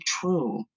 true